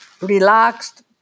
relaxed